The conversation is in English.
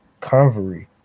Convery